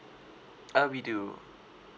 uh we do